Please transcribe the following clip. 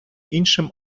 іншим